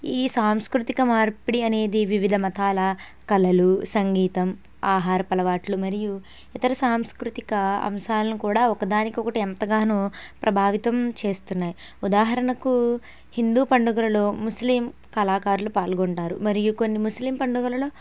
ఈ సాంస్కృతిక మార్పిడి అనేది వివిధ మతాల కలలు సంగీతం ఆహారపలవాట్లు మరియు ఇతర సాంస్కృతిక అంశాలను కూడా ఒకదానికొకటి ఎంతగానో ప్రభావితం చేస్తున్నాయి ఉదాహరణకు హిందూ పండుగలలో ముస్లిం కళాకారులు పాల్గొంటారు మరియు కొన్ని ముస్లిం పండుగలలో